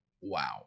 wow